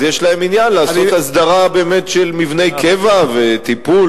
אז יש להם עניין לעשות הסדרה באמת של מבני קבע וטיפול,